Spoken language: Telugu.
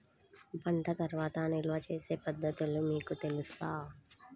పంట తర్వాత నిల్వ చేసే పద్ధతులు మీకు తెలుసా?